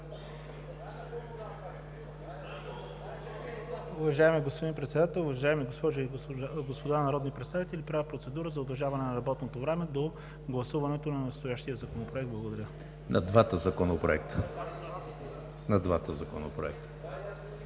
Уважаеми господин Председател, уважаеми госпожи и господа народни представители! Правя процедура за удължаване на работното време до гласуването на настоящия законопроект. Благодаря. ПРЕДСЕДАТЕЛ ЕМИЛ ХРИСТОВ: На двата законопроекта?